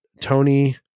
Tony